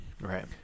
Right